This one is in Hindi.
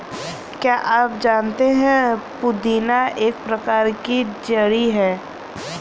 क्या आप जानते है पुदीना एक प्रकार की जड़ी है